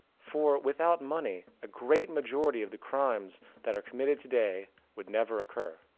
for without money, a great majority of the crimes that are commited today would never occur.